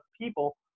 people